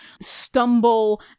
stumble